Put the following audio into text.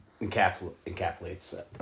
encapsulates